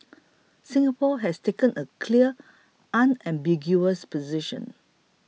Singapore has taken a clear unambiguous position